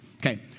Okay